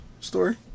story